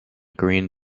green